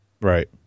right